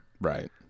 Right